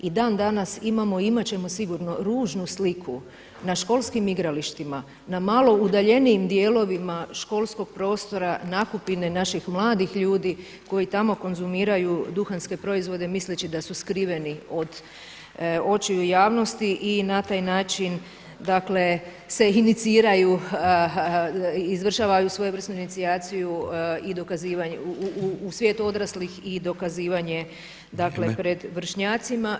I dan danas imamo i imat ćemo sigurno ružnu sliku na školskim igralištima, na malo udaljenijim dijelovima školskog prostora nakupine naših mladih ljudi koji tamo konzumiraju duhanske proizvode misleći da su skriveni od očiju javnosti i na taj način, dakle se iniciraju, izvršavaju svojevrsnu inicijaciju i dokazivanje u svijetu odraslih i dokazivanje, dakle pred [[Upadica predsjednik: Vrijeme.]] vršnjacima.